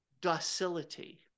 docility